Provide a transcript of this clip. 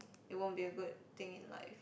it won't be a good thing in life